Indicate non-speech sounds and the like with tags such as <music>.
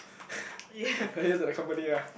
<laughs> value add to the company ah